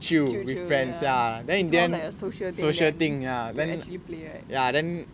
chill chill ya it's more of like a social thing then to actually play right